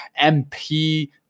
mp